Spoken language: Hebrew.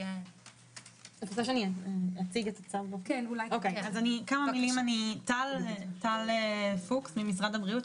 אני עורכת הדין טל פוקס ממשרד הבריאות.